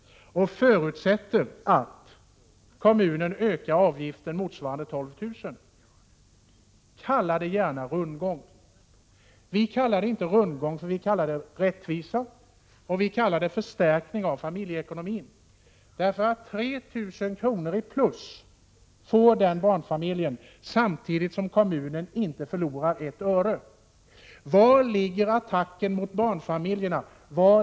Det förutsätter att kommunen ökar barnomsorgsavgiften med motsvarande 12 000 kr. Kalla det gärna rundgång. Vi kallar det inte rundgång, utan rättvisa och förstärkning av familjeekonomin. En barnfamilj får 3 000 kr. mer än i dagsläget, samtidigt som kommunen inte förlorar ett öre. Var ligger attacken mot barnfamiljerna i vår uppläggning av förslaget?